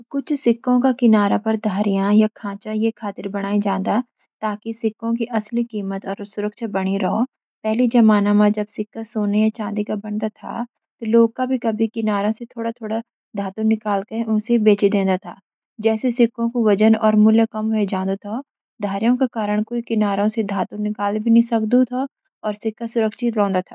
कुछ सिक्कों का किनारों पर धारियाँ या खांचे ये खातिर बनाई जांदी ताकि सिक्कों की असली कीमत और सुरक्षा बनी रोह। पहलि ज़माना म जब सिक्के सोने या चांदी का बनदा था, त लोग कभी-कभी किनारों सी थोड़ा-थोड़ा धातु निकालकर उसाईं बेची देनंदा था, जेसी सिक्कों कु वज़न और मूल्य कम वेई जांदू थो। धारियों के कारण कुई किनारों से धातु निकाल नी सकदू थो और सिक्का सुरक्षित रौंदा था। आज, यू धारियाँ सिक्कों की पहचान में भी मदद करदी छ।